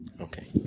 Okay